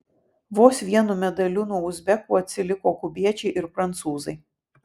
vos vienu medaliu nuo uzbekų atsiliko kubiečiai ir prancūzai